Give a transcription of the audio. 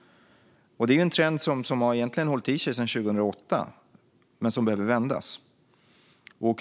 Det är en trend som har hållit i sig sedan 2008 och som behöver vändas.